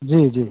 जी जी